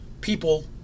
people